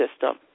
system